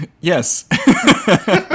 Yes